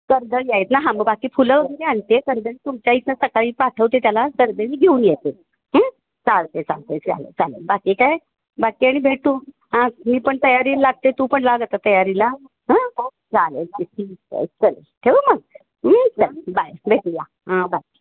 कर्दळी आहेत ना हा मग बाकी फुलं वगैरे आणते कर्दळी तुमच्या इथनं सकाळी पाठवते त्याला कर्दळी घेऊन येते चालते चालते चालंल चाल बाकी काय बाकी आणि भेट तू हां मी पण तयारी लागते तू पण लाग आता तयारीला हां चालेल चल ठेवू मग चल बाय भेटूया हां बाय